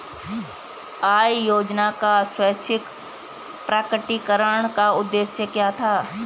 आय योजना का स्वैच्छिक प्रकटीकरण का उद्देश्य क्या था?